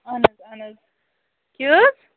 اَہَن حظ اَہَن حظ کیٛاہ حظ